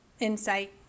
insight